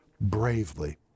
bravely